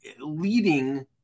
leading –